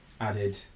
added